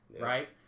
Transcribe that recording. right